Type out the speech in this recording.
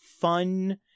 fun